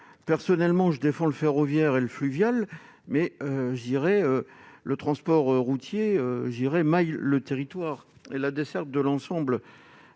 personnellement, je défends le ferroviaire et le fluvial, je reconnais que le transport routier maille le territoire et assure la desserte de l'ensemble